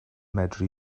medru